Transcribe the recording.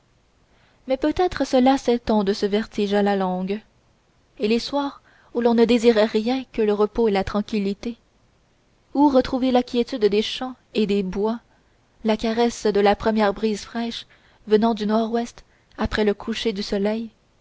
mais peut-être se lassait on de ce vertige à la longue et les soirs où l'on ne désirait rien que le repos et la tranquillité où retrouver la quiétude des champs et des bois la caresse de la première brise fraîche venant du nord-ouest après le coucher du soleil